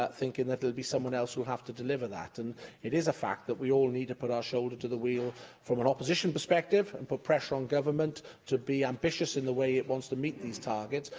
thinking that there'll be someone else who'll have to deliver that. and it is a fact that we all need to put our shoulder to the wheel from an opposition perspective, and put pressure on government to be ambitious in the way it wants to meet these targets,